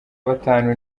batanu